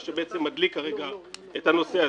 מה שבעצם מדליק כרגע את הנושא הזה.